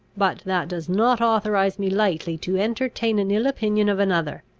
but that does not authorise me lightly to entertain an ill opinion of another.